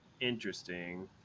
interesting